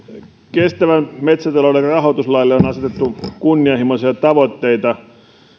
kestävän metsätalouden rahoituslaille on asetettu kunnianhimoisia tavoitteita